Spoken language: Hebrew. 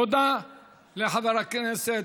תודה לחבר הכנסת.